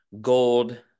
gold